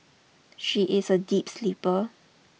she is a deep sleeper